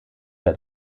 der